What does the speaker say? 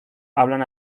hablan